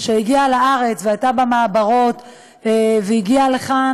שהגיעה לארץ והייתה במעברות והגיעה לכאן.